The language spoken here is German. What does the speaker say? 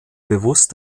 bewusst